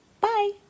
Bye